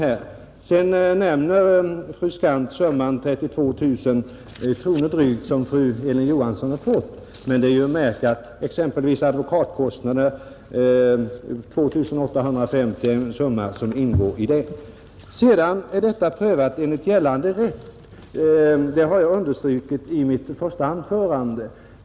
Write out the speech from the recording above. Fru Skantz nämnde att fru Johansson har fått 32 000 kronor, men då är att märka att däri ingår exempelvis advokatkostnader med 2 850 kronor, Fallet är prövat enligt gällande rätt. Det underströk jag i mitt första anförande.